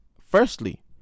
Firstly